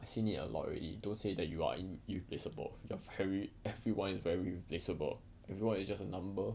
I seen it a lot already don't say that you are in ir~ irreplaceable you are very everyone is very replaceable everyone is just a number